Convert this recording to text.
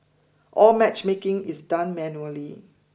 all matchmaking is done manually